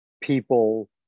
people